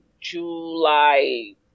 July